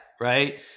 right